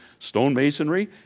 stonemasonry